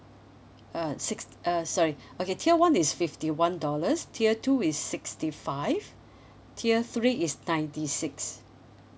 uh six~ uh sorry okay tier one is fifty one dollars tier two is sixty five tier three is ninety six